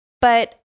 But-